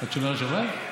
את שומרת שבת?